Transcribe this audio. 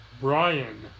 Brian